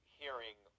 hearing